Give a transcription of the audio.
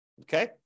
Okay